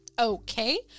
okay